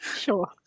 Sure